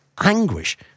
anguish